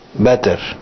better